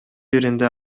биринде